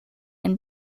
and